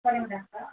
சரிங்க டாக்டர்